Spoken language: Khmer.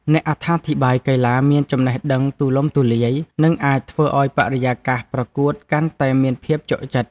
អ្នកអត្ថាធិប្បាយកីឡាមានចំណេះដឹងទូលំទូលាយ និងអាចធ្វើឱ្យបរិយាកាសប្រកួតកាន់តែមានភាពជក់ចិត្ត។